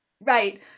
Right